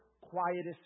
quietest